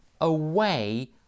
away